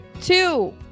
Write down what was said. Two